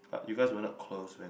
but you guys were not close man